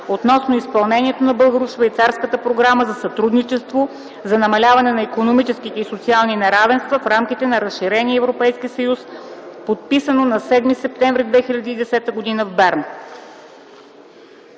относно изпълнението на Българо-швейцарската програма за сътрудничество, за намаляване на икономическите и социални неравенства в рамките на разширения Европейски съюз, подписано на 7 септември 2010 г. в Берн.”